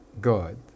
God